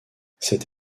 cette